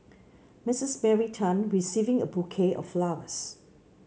Mistress Mary Tan receiving a bouquet of flowers